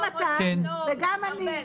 בסדר גמור.